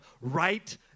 right